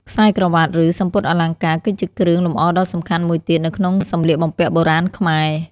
ខ្សែក្រវាត់ ឬសំពត់អលង្ការ គឺជាគ្រឿងលម្អដ៏សំខាន់មួយទៀតនៅក្នុងសម្លៀកបំពាក់បុរាណខ្មែរ។